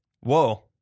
Whoa